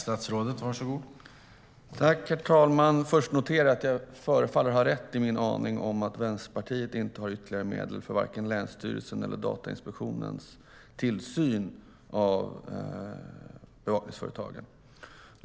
Herr talman! Jag noterar att jag förefaller ha rätt i min aning att Vänsterpartiet inte har ytterligare medel för vare sig länsstyrelsernas eller Datainspektionens tillsyn av bevakningsföretagen.